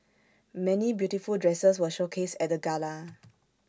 many beautiful dresses were showcased at the gala